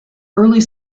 earlier